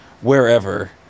wherever